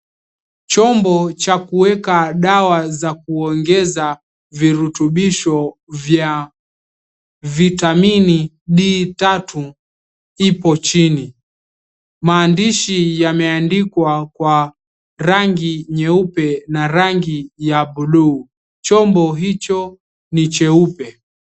Chombo cha kuweka dawa za kuongeza virutubisho vya vitamini D3 ipo chini. Maandishi yameandikwa kwa rangi nyeupe na rangi ya buluu. Chombo hicho ni cheupe.